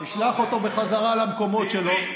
תשלח אותו בחזרה למקומות שלו,